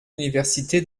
université